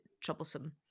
troublesome